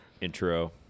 intro